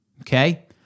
okay